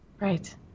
Right